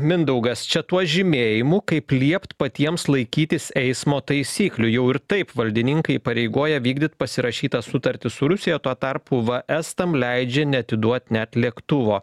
mindaugas čia tuo žymėjimu kaip liept patiems laikytis eismo taisyklių jau ir taip valdininkai įpareigoja vykdyt pasirašytą sutartį su rusija tuo tarpu va estam leidžia neatiduot net lėktuvo